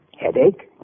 Headache